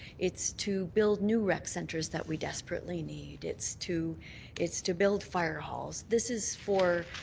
it's to build new rec centres that we desperately need, it's to it's to build fire has. this is for